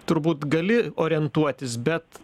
turbūt gali orientuotis bet